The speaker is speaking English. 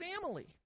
family